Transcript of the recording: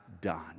done